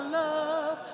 love